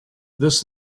this